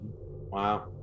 Wow